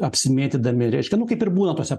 apsimėtydami reiškia nu kaip ir būna tose poros